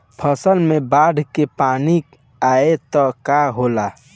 फसल मे बाढ़ के पानी आई त का होला?